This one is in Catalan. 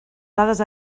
dades